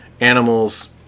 animals